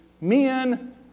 Men